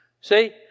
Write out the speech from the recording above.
See